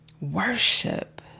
Worship